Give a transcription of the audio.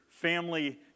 family